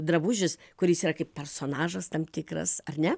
drabužis kuris yra kaip personažas tam tikras ar ne